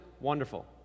wonderful